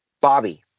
Bobby